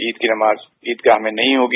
ईद की नमाज ईदगाह में नहीं होगी